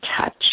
touch